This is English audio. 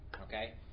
Okay